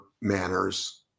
manners